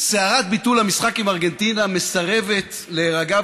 סערת ביטול המשחק עם ארגנטינה מסרבת להירגע,